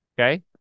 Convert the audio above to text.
Okay